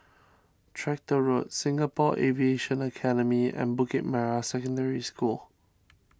Tractor Road Singapore Aviation Academy and Bukit Merah Secondary School